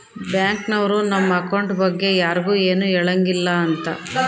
bank ನವ್ರು ನಮ್ account ಬಗ್ಗೆ ಯರ್ಗು ಎನು ಹೆಳಂಗಿಲ್ಲ ಅಂತ